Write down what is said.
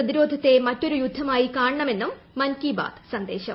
പ്രതിരോധത്തെ മറ്റൊരു യുദ്ധമായി കാണണമെന്നും മൻ കി ബാത് സന്ദേശം